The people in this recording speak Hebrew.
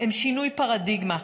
הם שינוי פרדיגמה.